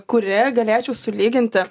kuria galėčiau sulyginti